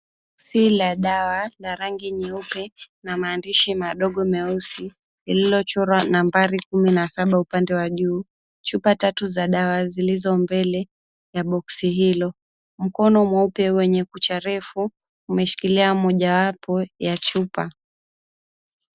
Boksi la dawa, la rangi nyeupe na maandishi madogo meusi, lililochorwa nambari kumi na saba upandi wa juu. Chupa tatu za dawa zilizo mbele ya boksi hilo. Mkono mweupe wenye kucha refu, umeshikilia mojawapo ya chupa.